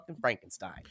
Frankenstein